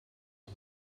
een